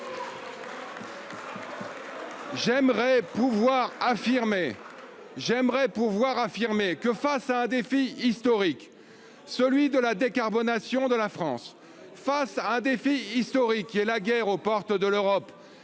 J'aimerais pouvoir affirmer que face à un défi historique. Celui de la décarbonation de la France face à un défi historique qui est la guerre aux portes de l'Europe.